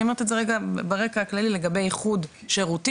אני אומרת את זה רגע ברקע הכללי לגבי איחוד שירותים,